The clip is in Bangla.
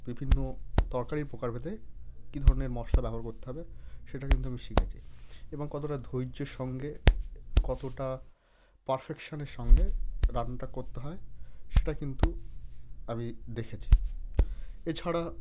বিভিন্ন তরকারির প্রকারভেদে কি ধরনের মশলা ব্যবহার করতে হবে সেটা কিন্তু আমি শিখেছি এবং কতটা ধৈর্যের সঙ্গে কতটা পারফেকশানের সঙ্গে রান্নাটা করতে হয় সেটা কিন্তু আমি দেখেছি এছাড়া